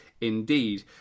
indeed